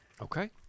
Okay